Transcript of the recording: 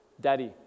Daddy